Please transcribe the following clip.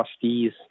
trustees